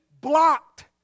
blocked